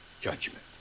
judgment